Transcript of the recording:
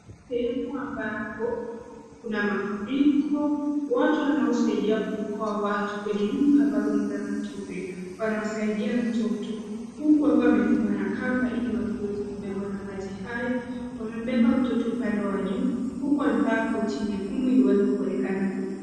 Sehemu ambapo kuna mafuriko. Watu wanao saidia kuokoa watu kwenye nyumbani ambazo ni za matope wanamsaidia mtoto huku wakiwa wamefungwa na kamba ili wasiweze kubebwa na maji hayo. Wamembeba mtoto upande wa juu huku wakivaa koti nyekundu ili waweze kuonekana kwa mbali.